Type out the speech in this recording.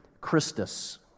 Christus